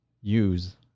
use